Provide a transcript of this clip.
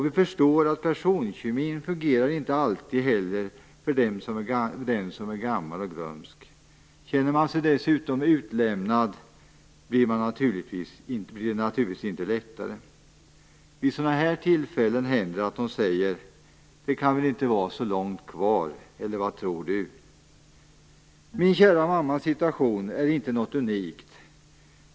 Vi förstår att personkemin inte alltid heller fungerar för den som är gammal och glömsk. Om man dessutom känner sig utlämnad blir det naturligtvis inte lättare. Vid sådana tillfällen händer det att hon säger: Det kan väl inte vara så långt kvar, eller vad tror du? Min kära mammas situation är inte unik.